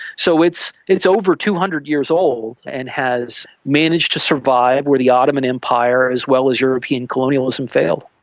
so it's it's over two hundred years old and has managed to survive where the ottoman empire as well as european colonialism failed.